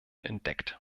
entdeckt